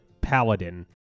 Paladin